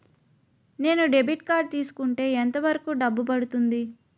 నేను debit card తీసుకుంటే ఎంత వరకు డబ్బు పడుతుంది?